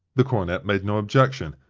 the cornet made no objection,